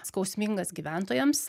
skausmingas gyventojams